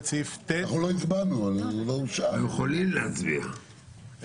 נציג סיעת הליכוד ונציג סיעת הציונות הדתית;